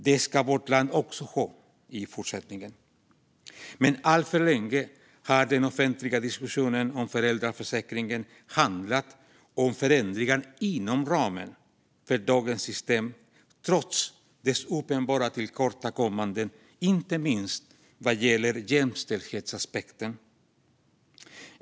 Det ska vårt land ha också i fortsättningen. Alltför länge har dock den offentliga diskussionen om föräldraförsäkringen handlat om förändringar inom ramen för dagens system trots dess uppenbara tillkortakommanden inte minst vad gäller jämställdhetsaspekten.